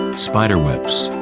spider webs.